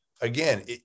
again